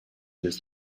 this